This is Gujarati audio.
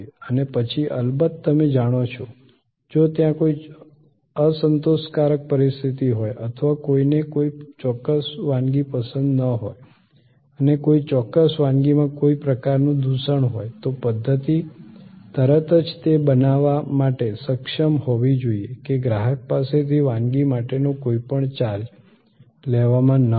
અને પછી અલબત્ત તમે જાણો છો જો ત્યાં કોઈ અસંતોષકારક પરિસ્થિતિ હોય અથવા કોઈને કોઈ ચોક્કસ વાનગી પસંદ ન હોય અને કોઈ ચોક્કસ વાનગીમાં કોઈ પ્રકારનું દૂષણ હોય તો પધ્ધતિ તરત જ તે બનાવવા માટે સક્ષમ હોવી જોઈએ કે ગ્રાહક પાસેથી વાનગી માટેનો કોઈપણ ચાર્જ લેવામાં ન આવે